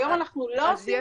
היום אנחנו לא עושים את זה,